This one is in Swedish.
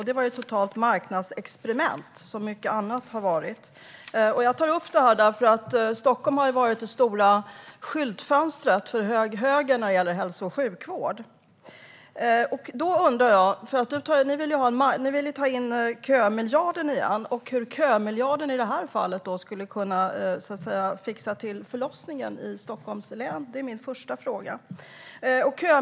Det var ett marknadsexperiment, som mycket annat har varit. Jag tar upp detta för att Stockholm har varit det stora skyltfönstret för högern när det gäller hälso och sjukvård. Ni vill ju ha kömiljarden igen. Då är min första fråga hur kömiljarden skulle kunna fixa till förlossningen i Stockholms län.